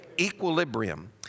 Equilibrium